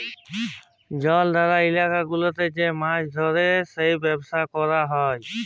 জলাধার ইলাকা গুলাতে যে মাছ ধ্যরে যে ব্যবসা ক্যরা হ্যয়